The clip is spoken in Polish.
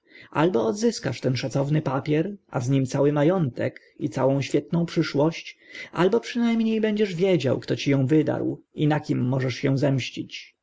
albo odzyskasz ten szacowny papier a z nim cały ma ątek i całą świetną przyszłość albo przyna mnie będziesz wiedział kto ci ą wydarł i na kim się możesz zemścić